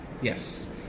Yes